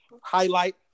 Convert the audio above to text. highlight